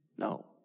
No